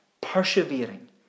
persevering